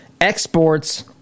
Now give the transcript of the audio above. Exports